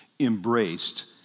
Embraced